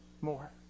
more